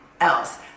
else